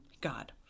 God